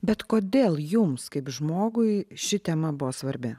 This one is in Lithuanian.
bet kodėl jums kaip žmogui ši tema buvo svarbi